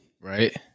Right